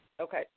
okay